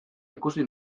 ikusi